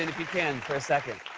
and if you can, for a second,